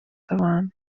abantu